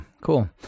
Cool